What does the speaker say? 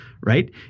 right